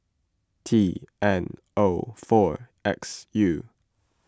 T N O four X U